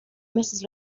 mrs